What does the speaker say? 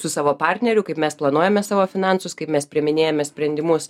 su savo partneriu kaip mes planuojame savo finansus kaip mes priiminėjame sprendimus